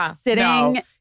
sitting